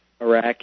Iraq